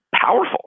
powerful